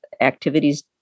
activities